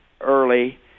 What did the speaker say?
early